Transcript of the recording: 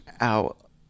out